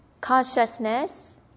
Consciousness